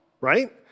right